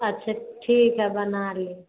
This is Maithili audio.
अच्छा ठीक हइ बना लेब